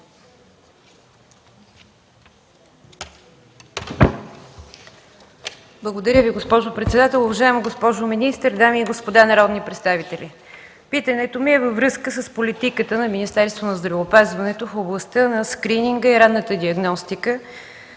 Благодаря Ви, госпожо председател. Уважаема госпожо министър, дами и господа народни представители! Питането ми е във връзка с политиката на Министерството на здравеопазването в областта на скрининга и ранната диагностика